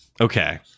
Okay